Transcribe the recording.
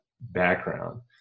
background